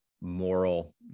moral